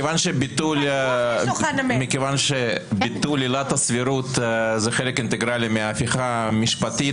מכיוון שביטול עילת הסבירות זה חלק אינטגרלי מההפיכה המשפטית,